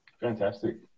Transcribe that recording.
Fantastic